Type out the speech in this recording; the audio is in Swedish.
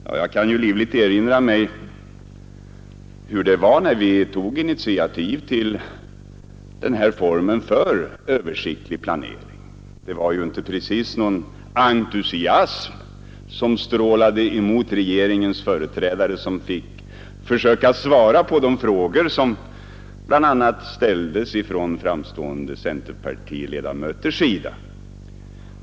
Ja, jag kan ju livligt erinra mig hur det var när vi tog initiativ till den här formen för översiktlig planering — det var inte precis någon entusiasm som strålade emot regeringens företrädare, som fick försöka svara på de frågor som bl.a. ställdes ifrån framstående centerpartiledamöters sida.